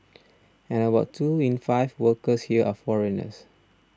and about two in five workers here are foreigners